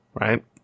right